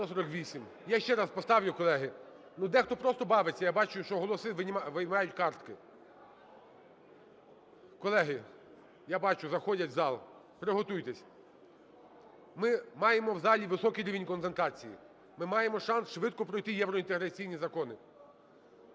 Я ще раз поставлю, колеги. Ну, дехто просто бавиться, я бачу, що голоси виймають картки. Колеги, я бачу, заходять в зал, приготуйтесь. Ми маємо в залі високий рівень концентрації. Ми маємо шанс швидко пройти євроінтеграційні закони.